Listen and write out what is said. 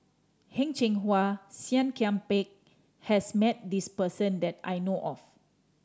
Heng Cheng Hwa Seah Kian Peng has met this person that I know of